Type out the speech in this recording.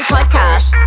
Podcast